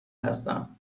هستم